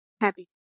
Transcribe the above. Happy